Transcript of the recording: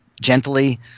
gently